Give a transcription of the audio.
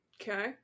Okay